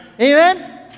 Amen